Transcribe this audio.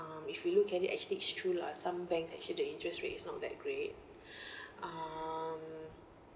if you look at it actually it's true lah some banks actually the interest rate is not that great um